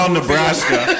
Nebraska